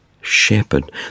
shepherd